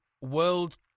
world